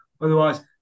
Otherwise